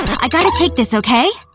i gotta take this, okay?